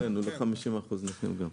כן, 50% נכים גם.